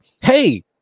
Hey